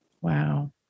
Wow